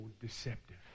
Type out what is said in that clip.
deceptive